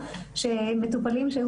אנחנו עשינו בזמנו מחקר והוכחנו שמטופלים שהיו